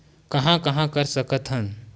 कहां कहां कर सकथन?